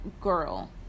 girl